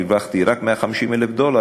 הרווחתי רק 150,000 דולר,